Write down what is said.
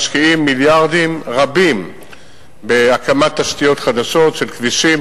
משקיעים מיליארדים רבים בהקמת תשתיות חדשות של כבישים,